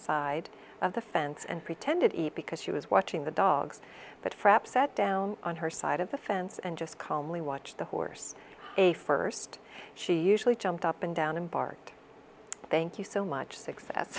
side of the fence and pretended eat because she was watching the dogs but frappe sat down on her side of the fence and just calmly watched the horse a first she usually jumped up and down and barked thank you so much success